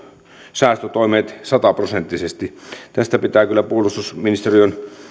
säästötoimet sataprosenttisesti tästä pitää kyllä puolustusministeriön